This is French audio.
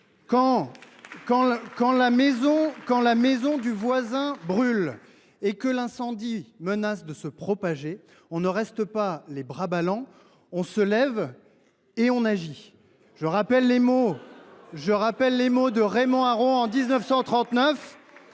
Quand la maison du voisin brûle et que l’incendie menace de se propager, on ne reste pas les bras ballants ; on se lève et on agit ! Comme le disait Raymond Aron en 1939,